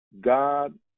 God